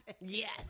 Yes